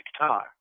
guitar